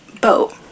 boat